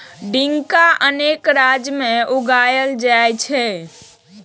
टिंडा अनेक राज्य मे उगाएल जाइ छै